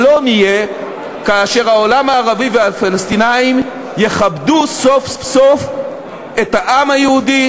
שלום יהיה כאשר העולם הערבי והפלסטינים יכבדו סוף-סוף את העם היהודי,